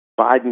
Biden